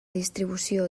distribució